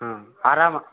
ಹಾಂ ಆರಾಮ